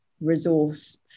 resource